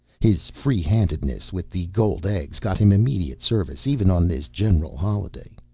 his freehandedness with the gold eggs got him immediate service even on this general holiday.